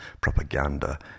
propaganda